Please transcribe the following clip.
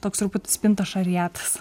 toks truputį spinta šariatas